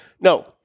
No